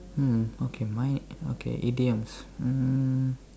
hmm okay mine okay idioms mm